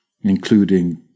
including